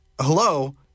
hello